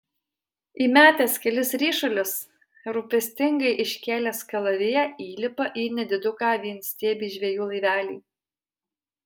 įmetęs kelis ryšulius rūpestingai iškėlęs kalaviją įlipa į nediduką vienstiebį žvejų laivelį